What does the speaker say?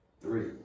three